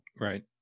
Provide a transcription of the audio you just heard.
right